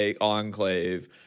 enclave